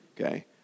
okay